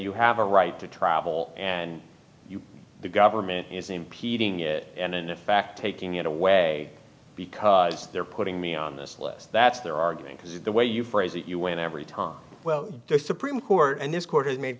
you have a right to travel and the government is impeding it and in fact taking it away because they're putting me on this list that's their argument because the way you phrase it you win every time well the supreme court and this court has made